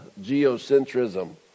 geocentrism